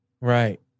Right